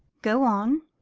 go on!